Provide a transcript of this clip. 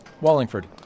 Wallingford